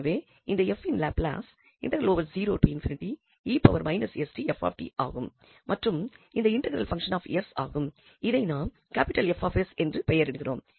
எனவே இந்த 𝑓 இன் லாப்லாஸ் ஆகும் மற்றும் இந்த இன்டெக்ரல் பங்சன் ஆப் 𝑠 ஆகும் இதனை நாம் 𝐹𝑠 என்று பெயரிடுகிறோம்